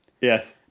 Yes